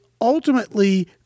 ultimately –